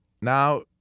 now